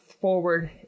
forward